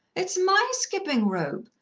it's my skipping-rope.